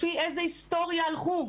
לפי איזה היסטוריה הלכו?